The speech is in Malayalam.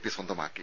പി സ്വന്തമാക്കി